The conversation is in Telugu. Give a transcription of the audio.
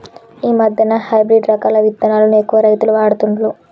ఈ మధ్యన హైబ్రిడ్ రకాల విత్తనాలను ఎక్కువ రైతులు వాడుతుండ్లు